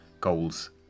goals